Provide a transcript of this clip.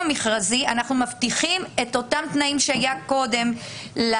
מכרזי אנחנו מבטיחים את אותם תנאים שהיו קודם על